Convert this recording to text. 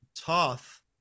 Toth